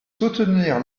soutenir